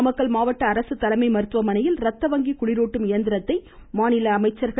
முன்னதாக நாமக்கல் மாவட்ட அரசு தலைமை மருத்துவமனையில் ரத்த வங்கி குளிருட்டும் இயந்திரத்தை மாநில அமைச்சர்கள் திரு